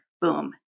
boom